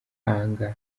b’abahanga